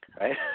right